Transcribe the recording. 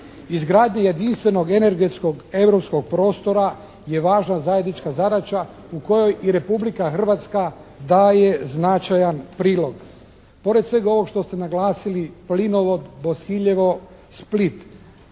Izgradnja jedinstvenog energetskog europskog prostora je važna zajednička zadaća u kojoj i Republika Hrvatska daje značajan prilog. Pored svega ovog što ste naglasili plinovod Bosiljevo-Split,